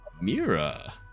Mira